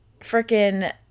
freaking